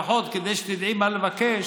כדי שתדעי מה לבקש,